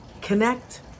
connect